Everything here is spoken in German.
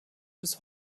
bis